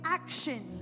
action